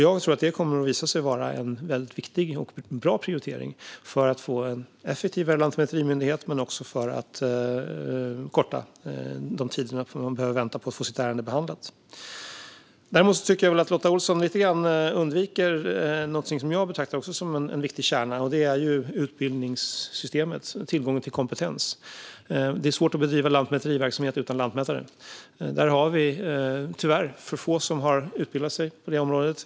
Jag tror att det kommer att visa sig vara en väldigt viktig och bra prioritering för att få en effektivare lantmäterimyndighet men också för att korta de tider man behöver vänta på att få sitt ärende behandlat. Däremot tycker jag att Lotta Olsson lite grann undviker någonting som jag betraktar som en viktig kärna, nämligen utbildningssystemet och tillgången till kompetens. Det är svårt att bedriva lantmäteriverksamhet utan lantmätare. Vi har tyvärr för få som har utbildat sig på det området.